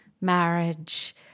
marriage